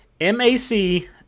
M-A-C